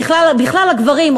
בכלל הגברים,